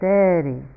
Steady